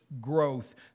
growth